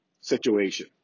situation